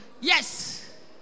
Yes